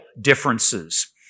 differences